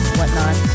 whatnot